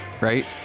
right